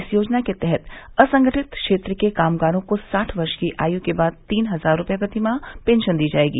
इस योजना के तहत असंगठित क्षेत्र के कामगारों को साठ वर्ष की आयु के बाद तीन हज़ार रुपये प्रतिमाह पेंशन दी जायेगी